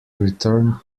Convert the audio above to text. return